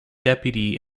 deputy